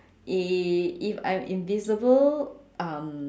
i~ if I'm invisible um